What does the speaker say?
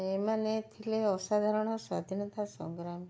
ଏମାନେ ଥିଲେ ଅସାଧାରଣ ସ୍ୱାଧୀନତା ସଂଗ୍ରାମୀ